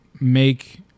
make